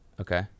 Okay